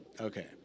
Okay